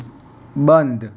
બંધ